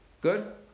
Good